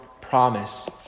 promise